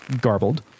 garbled